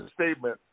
statement